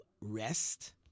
rest